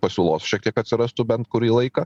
pasiūlos šiek tiek atsirastų bent kurį laiką